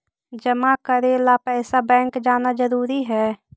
जमा करे ला पैसा बैंक जाना जरूरी है?